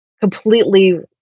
completely